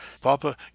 Papa